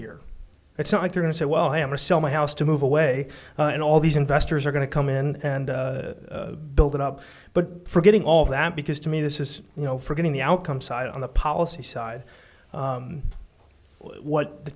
here it's not like they're going to say well i am a sell my house to move away and all these investors are going to come in and build it up but forgetting all that because to me this is you know for getting the outcome side on the policy side what the